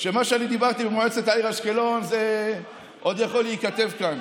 שמה שאני דיברתי במועצת העיר אשקלון זה עוד יכול להיכתב כאן.